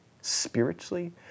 spiritually